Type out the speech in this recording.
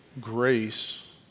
grace